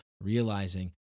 realizing